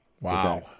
wow